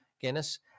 Guinness